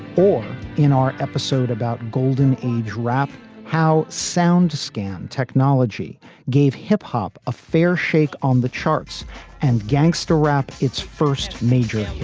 or in our episode about golden age rap how sound scan technology gave hip hop a fair shake on the charts and gangsta rap its first major,